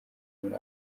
muri